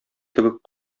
кебек